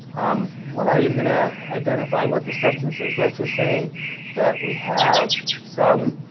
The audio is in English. um we're not even going to identify what the substance is let's just say that we have some